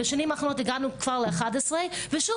בשנים האחרונות הגענו כבר ל-11 ושוב,